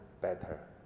better